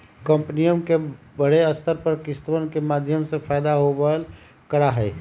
कम्पनियन के बडे स्तर पर किस्तवन के माध्यम से फयदा होवल करा हई